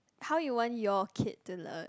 how you want your kid to learn